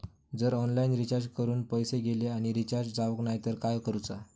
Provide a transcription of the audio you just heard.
जर online recharge करून पैसे गेले आणि रिचार्ज जावक नाय तर काय करूचा?